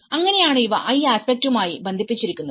അങ്ങനെയാണ് ഇവ ഈ ആസ്പെക്റ്റുമായി ബന്ധിപ്പിച്ചിരിക്കുന്നത്